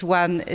one